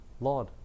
Lord